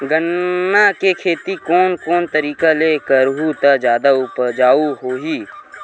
गन्ना के खेती कोन कोन तरीका ले करहु त जादा उपजाऊ होही?